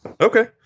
okay